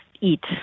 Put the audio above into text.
eat